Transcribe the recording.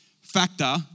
factor